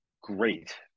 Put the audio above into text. great